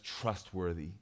trustworthy